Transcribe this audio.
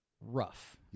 rough